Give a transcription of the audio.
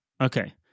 Okay